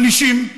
מענישים.